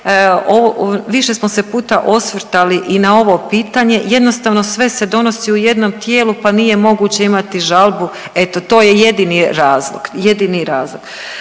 više smo se puta osvrtali i na ovo pitanje, jednostavno sve se donosi u jednom tijelu pa nije moguće imati žalbu, eto to je jedini razlog,